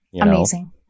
Amazing